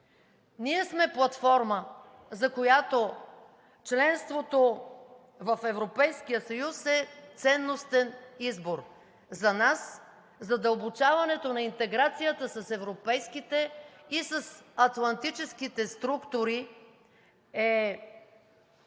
Ние сме платформа, за която членството в Европейския съюз е ценностен избор. За нас задълбочаването на интеграцията с европейските и с атлантическите структури е